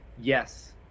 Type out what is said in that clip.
yes